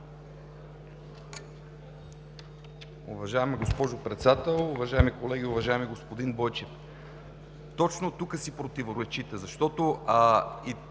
Уважаема госпожо Председател, уважаеми колеги, уважаеми господин Бойчев! Точно тук си противоречите, защото в